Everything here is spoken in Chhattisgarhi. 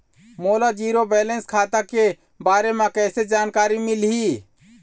मोला जीरो बैलेंस खाता के बारे म कैसे जानकारी मिलही?